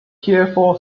tearful